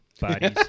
Bodies